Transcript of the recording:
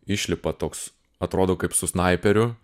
išlipa toks atrodo kaip su snaiperiu